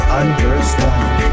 understand